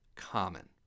common